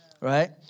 right